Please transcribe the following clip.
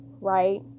right